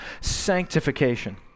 sanctification